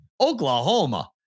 Oklahoma